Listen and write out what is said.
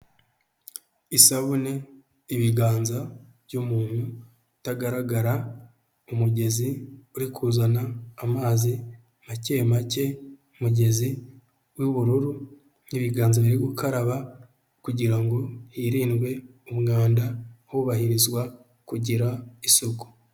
Isabune, ibiganza by'umuntu utagaragara ,umugezi uri kuzana amazi make make .Umugezi w'ubururu n'ibiganza biri gukaraba kugira ngo hirindwe umwanda hubahirizwa kugira isuku.